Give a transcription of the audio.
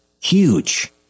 Huge